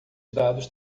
dados